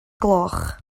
gloch